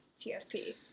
TFP